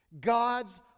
God's